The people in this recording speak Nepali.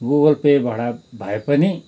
गुगल पेबाट भए पनि